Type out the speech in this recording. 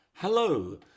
Hello